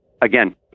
again